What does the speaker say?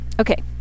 okay